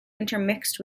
intermixed